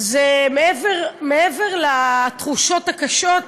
מעבר לתחושות הקשות,